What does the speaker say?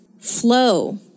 flow